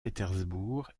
pétersbourg